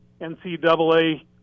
NCAA